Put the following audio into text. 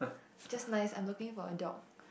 just nice I'm looking for a dog